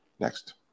next